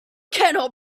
cannot